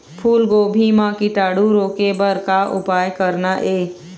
फूलगोभी म कीटाणु रोके बर का उपाय करना ये?